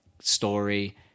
story